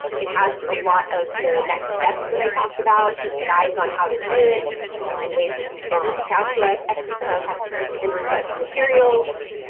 it has a lot of the next steps that i talked about, and guides on how to do it and ways that you can reach out to us and request materials.